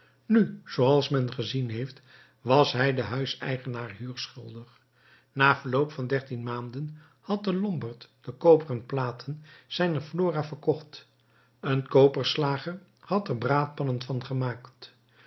nu zooals men gezien heeft was hij den huiseigenaar huur schuldig na verloop van dertien maanden had de lombard de koperen platen zijner flora verkocht een koperslager had er braadpannen van gemaakt